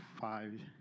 five